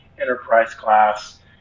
enterprise-class